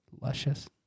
luscious